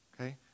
Okay